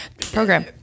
program